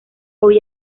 hoy